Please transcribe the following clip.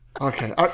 Okay